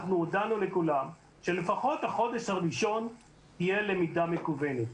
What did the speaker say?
אנחנו הודענו לכולם שלפחות החודש הראשון יהיה למידה מקוונת.